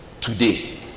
today